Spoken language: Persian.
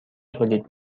تولید